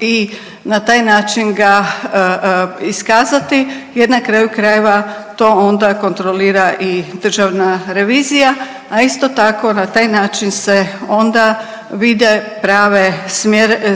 i na taj način ga iskazati jer na kraju krajeva to onda kontrolira i državna revizija, a isto tako na taj način se onda vide prave